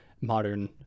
modern